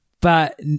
But-